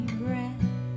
breath